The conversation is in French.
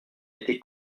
été